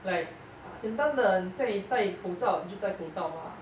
like uh 简单的叫你戴口罩你就戴口罩 mah